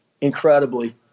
incredibly